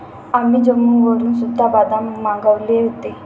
आम्ही जम्मूवरून सुद्धा बदाम मागवले होते